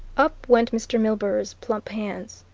up went mr. milburgh's plump hands.